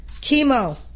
Chemo